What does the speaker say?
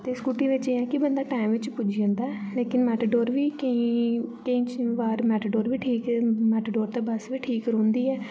ते स्कूटी बिच्च एह् ऐ कि बन्दा टाइम च पुज्जी जन्दा ऐ लेकिन मेटाडोर बी केईं केईं बार मेटाडोर बी ठीक मेटाडोर ते बस बी ठीक रौह्न्दी ऐ